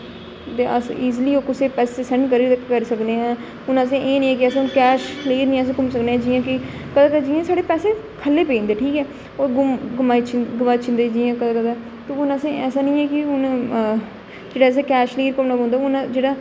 दे अस इजली ओह् कुसै ई पैसे सेंड करी सकने आं हून असें एह् नेईं कि असें गी कैश लेई नेईं अस घूमी सकने जि'यां कि साढ़े पैसे थल्ले पेई जंदे ठीक ऐ ओह् गोआची जंदे ते हून असें ऐसा नेईं कि हून जेह्ड़ा असें कैश लेइयै घूमना पौंदा जेह्ड़ा